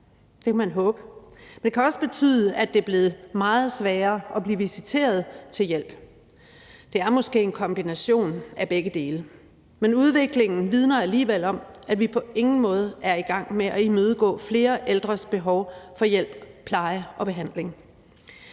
det kan man håbe, men det kan også betyde, at det er blevet meget sværere at blive visiteret til hjælp. Det er måske en kombination af begge dele. Men udviklingen vidner alligevel om, at vi på ingen måde er i gang med at imødekomme flere ældres behov for hjælp, pleje og behandling.